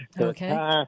Okay